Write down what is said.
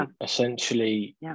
Essentially